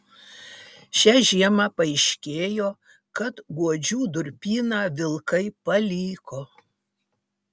šią žiemą paaiškėjo kad guodžių durpyną vilkai paliko